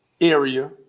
area